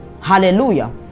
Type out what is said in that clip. Hallelujah